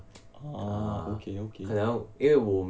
orh okay okay